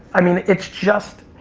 i mean, it's just